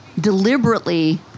deliberately